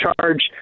charge